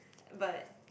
but